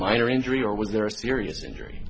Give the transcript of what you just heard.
minor injury or was there a serious injury